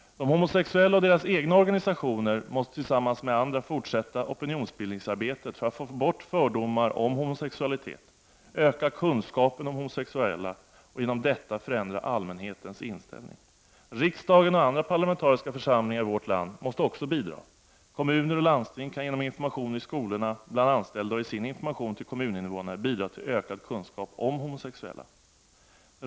De homosexuella och deras egna organisationer måste tillsammans med andra fortsätta opinionsbildningsarbetet för få bort fördomar om homosexualitet, öka kunskapen om homosexuella och genom detta förändra allmänhetens inställning. Riksdagen och andra parlamentariska församlingar i vårt land måste också bidra. Kommuner och landsting kan genom information i skolorna, bland anställda och i sin information till kommuninnevånarna bidra till ökad kunskap om homosexuella.